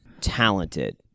talented